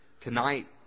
tonight